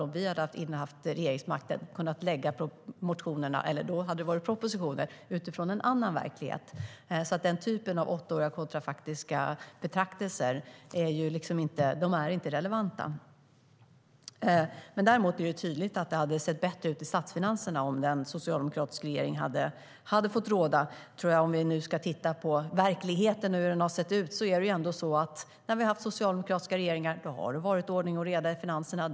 Om vi hade haft regeringsmakt hade vi kunnat lägga det som då hade varit propositioner utifrån en annan verklighet. Den typen av åttaåriga kontrafaktiska betraktelser är alltså inte relevanta. Däremot är det tydligt att statsfinanserna hade sett bättre ut om en socialdemokratisk regering hade fått råda. Om vi ska titta på hur det har sett ut i verkligheten kan vi se att det har varit ordning och reda i finanserna när vi har haft socialdemokratiska regeringar.